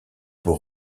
pour